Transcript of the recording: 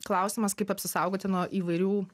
klausimas kaip apsisaugoti nuo įvairių